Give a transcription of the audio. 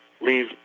leave